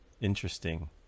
Interesting